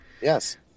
Yes